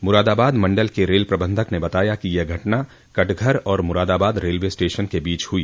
मुरादाबाद मण्डल के रेल प्रबन्धक ने बताया कि यह घटना कटघर और मुरादाबाद रेलवे स्टेशन के बीच में हुई